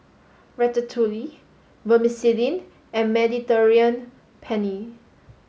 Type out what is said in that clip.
Ratatouille Vermicelli and Mediterranean Penne